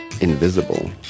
invisible